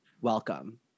welcome